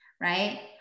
right